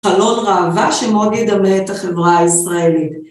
חלון ראווה שמאוד ידמה את החברה הישראלית.